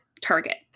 target